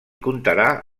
contarà